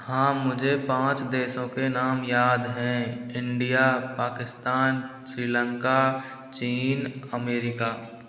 हाँ मुझे पाँच देशों के नाम याद है इंडिया पाकिस्तान श्रीलंका चीन अमेरिका